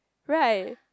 right